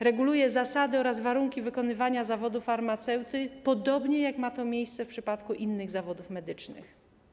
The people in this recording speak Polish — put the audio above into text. Reguluje zasady oraz warunki wykonywania zawodu farmaceuty, podobnie jak ma to miejsce w przypadku innych zawodów medycznych.